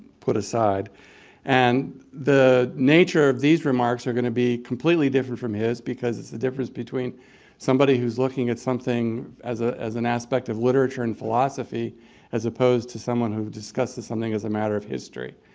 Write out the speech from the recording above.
put aside and the nature of these remarks are going to be completely different from his because it's the difference between somebody who's looking at something as ah as an aspect of literature and philosophy as opposed to someone who discusses something as a matter of history.